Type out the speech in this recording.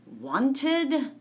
wanted